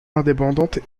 indépendantes